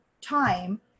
time